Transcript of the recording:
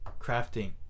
crafting